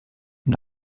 und